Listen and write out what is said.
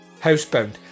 housebound